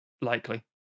likely